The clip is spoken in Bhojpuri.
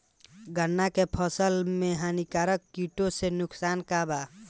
गन्ना के फसल मे हानिकारक किटो से नुकसान बा का?